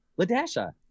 Ladasha